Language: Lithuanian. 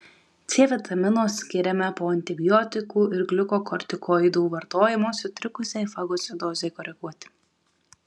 c vitamino skiriama po antibiotikų ir gliukokortikoidų vartojimo sutrikusiai fagocitozei koreguoti